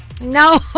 No